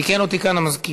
תיקן אותי כאן המזכיר.